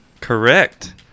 Correct